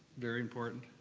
very important,